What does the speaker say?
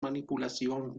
manipulación